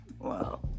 Wow